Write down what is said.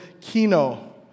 kino